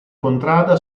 contrada